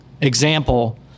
example